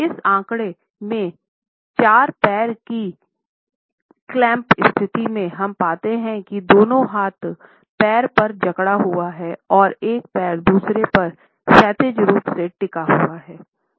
इस आंकड़े में चार पैर की क्लैंप स्थितियों में हम पाते हैं कि दोनों हाथ पैर पर जकड़ा हुआ हैं और एक पैर दूसरे पर क्षैतिज रूप से टिका हुआ है